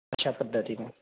या पद्धतीने